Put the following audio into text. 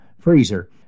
freezer